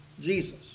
Jesus